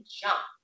jump